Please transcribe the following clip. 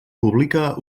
publica